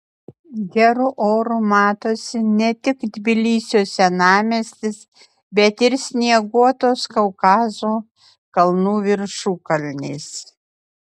geru oru matosi ne tik tbilisio senamiestis bet ir snieguotos kaukazo kalnų viršukalnės